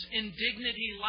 indignity